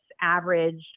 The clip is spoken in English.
averaged